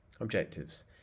Objectives